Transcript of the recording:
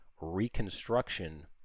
reconstruction